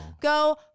go